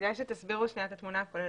כדאי שתסבירו את התמונה הכוללת.